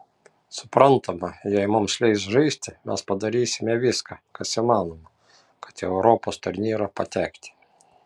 suprantama jei mums leis žaisti mes padarysime viską kas įmanoma kad į europos turnyrą patekti